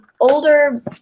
older